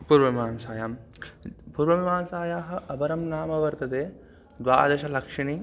पूर्वमीमांसायां पूर्वमीमांसायाः अपरं नाम वर्तते द्वादशलक्षिणी